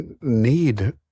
need